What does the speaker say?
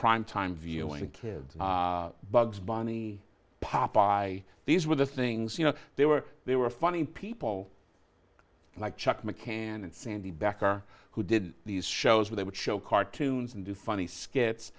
primetime viewing kids bugs bunny popeye these were the things you know they were they were funny people like chuck mccann and sandy becker who did these shows where they would show cartoons and do funny skits